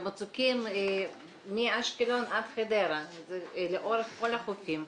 מצוקים מאשקלון עד חדרה לאורך כל החופים.